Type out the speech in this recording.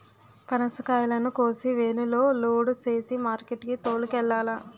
పనసకాయలను కోసి వేనులో లోడు సేసి మార్కెట్ కి తోలుకెల్లాల